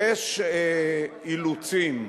יש אילוצים,